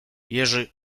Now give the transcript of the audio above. jerzy